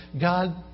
God